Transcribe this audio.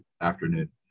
afternoon